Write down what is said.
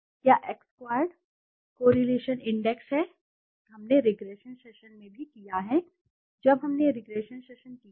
क्या x squared correlation index है कि हमने रिग्रेशन सेशन में भी किया है जब हमने किया था